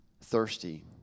thirsty